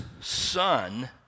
son